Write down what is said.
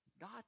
God